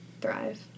thrive